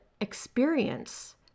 experience